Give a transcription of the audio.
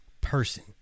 person